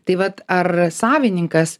tai vat ar savininkas